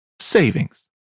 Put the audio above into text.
savings